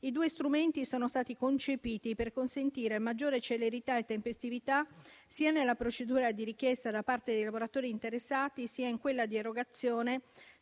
I due strumenti sono stati concepiti per consentire maggiore celerità e tempestività sia nella procedura di richiesta da parte dei lavoratori interessati sia in quella di erogazione